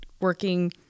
working